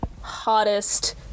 hottest